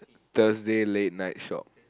Thursday late night shop